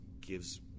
gives